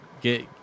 Get